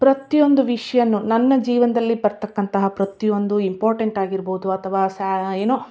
ಪ್ರತಿಯೊಂದು ವಿಷಯನೂ ನನ್ನ ಜೀವನದಲ್ಲಿ ಬರ್ತಕ್ಕಂತಹ ಪ್ರತಿಯೊಂದು ಇಂಪೋರ್ಟೆಂಟ್ ಆಗಿರ್ಬೋದು ಅಥವಾ ಸ್ಯಾ ಏನೋ